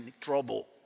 trouble